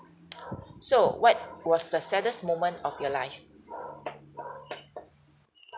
so what was the saddest moment of your life